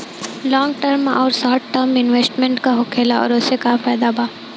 Long term आउर short term investment का होखेला और ओसे का फायदा बा?